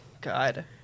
God